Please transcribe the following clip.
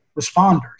responders